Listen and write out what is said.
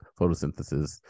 photosynthesis